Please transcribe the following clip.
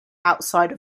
outside